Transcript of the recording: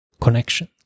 connection